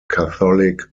catholic